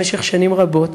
במשך שנים רבות,